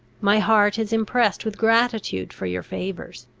my heart is impressed with gratitude for your favours.